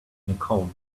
nicole